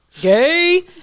Gay